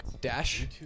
Dash